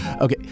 Okay